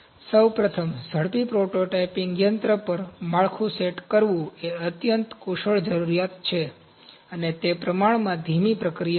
સૌપ્રથમ ઝડપી પ્રોટોટાઇપિંગ યંત્ર પર માળખું સેટ કરવું એ અત્યંત કુશળ જરૂરિયાત છે અને તે પ્રમાણમાં ધીમી પ્રક્રિયા છે